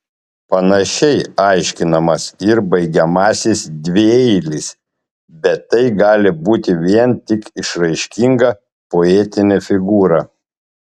panašiai aiškinamas ir baigiamasis dvieilis bet tai gali būti vien tik išraiškinga poetinė figūra